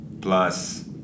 plus